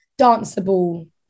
danceable